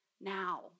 now